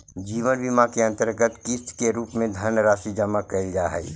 जीवन बीमा के अंतर्गत किस्त के रूप में धनराशि जमा कैल जा हई